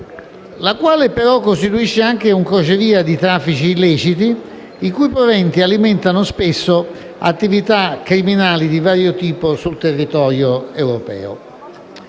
che costituisce però anche un crocevia di traffici illeciti, i cui proventi alimentano spesso attività criminali di vario tipo sul territorio europeo.